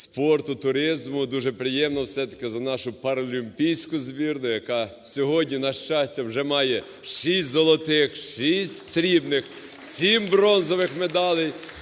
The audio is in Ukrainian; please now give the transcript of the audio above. спорту, туризму дуже приємно все-таки за нашу паралімпійську збірну, яка сьогодні, на щастя, вже має 6 золотих, 6 срібних, 7 бронзових медалей.